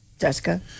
Jessica